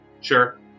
Sure